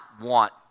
want